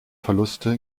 verluste